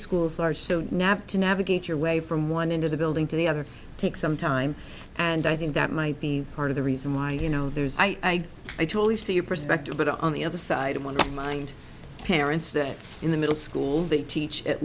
schools are so nav to navigate your way from one end of the building to the other takes some time and i think that might be part of the reason why you know i i totally see your perspective but on the other side want to remind parents that in the middle school they teach at